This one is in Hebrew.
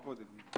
קודם לשמוע.